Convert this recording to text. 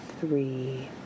three